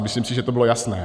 Myslím si, že to bylo jasné.